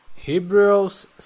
Hebrews